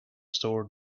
store